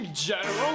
General